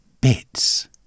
bits